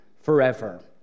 forever